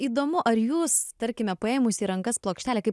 įdomu ar jūs tarkime paėmusi į rankas plokštelę kai